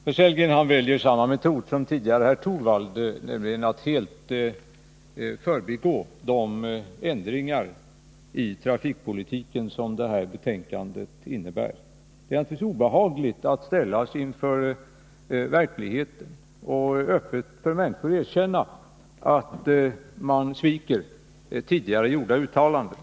Fru talman! Herr Sellgren väljer samma metod som tidigare herr Torwald, nämligen att helt förbigå de ändringar i trafikpolitiken som det här betänkandet innebär. Det är naturligtvis obehagligt att ställas inför verkligheten och öppet för människor erkänna att man sviker tidigare gjorda uttalanden.